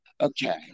Okay